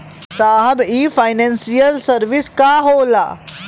साहब इ financial service का होला?